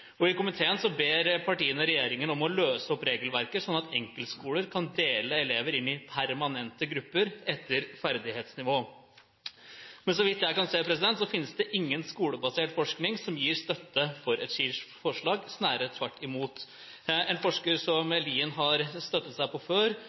I komitéinnstillingen ber partiene regjeringen om løse opp regelverket, slik at enkeltskoler kan dele elever inn i permanente grupper etter ferdighetsnivå. Men så vidt jeg kan se, finnes det ingen skolebasert forskning som gir støtte til et slikt forslag, snarere tvert imot. En forsker som